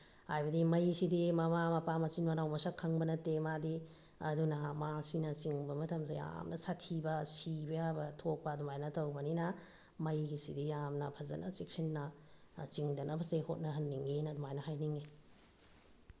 ꯍꯥꯏꯕꯗꯤ ꯃꯩꯁꯤꯗꯤ ꯃꯃꯥ ꯃꯄꯥ ꯃꯆꯤꯟ ꯃꯅꯥꯎ ꯃꯁꯛ ꯈꯪꯕ ꯅꯠꯇꯦ ꯃꯥꯗꯤ ꯑꯗꯨꯅ ꯃꯥꯁꯤꯅ ꯆꯤꯡꯕ ꯃꯇꯝꯁꯤꯗ ꯌꯥꯝꯅ ꯁꯥꯠꯊꯤꯕ ꯁꯤꯕ ꯌꯥꯕ ꯊꯣꯛꯄ ꯑꯗꯨꯃꯥꯏꯅ ꯇꯧꯕꯅꯤꯅ ꯃꯩꯒꯤꯁꯤꯗꯤ ꯌꯥꯝꯅ ꯐꯖꯅ ꯆꯦꯛꯁꯤꯟꯅ ꯆꯤꯡꯗꯅꯕꯁꯦ ꯍꯣꯠꯅꯍꯟꯅꯤꯡꯉꯤꯅ ꯑꯗꯨꯃꯥꯏꯅ ꯍꯥꯏꯅꯤꯡꯉꯤ